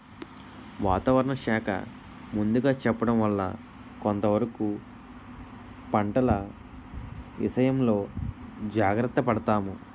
వాతావరణ శాఖ ముందుగా చెప్పడం వల్ల కొంతవరకు పంటల ఇసయంలో జాగర్త పడతాము